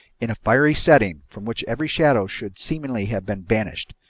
in a fiery setting from which every shadow should seemingly have been banished.